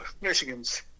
Michigan's